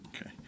Okay